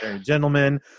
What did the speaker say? gentlemen